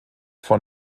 von